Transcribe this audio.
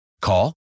Call